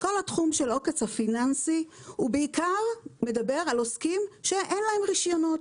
כל התחום של העוקץ הפיננסי בעיקר מדבר על עוסקים שאין להם רישיונות,